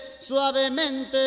Suavemente